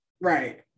Right